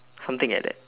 something like that